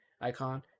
icon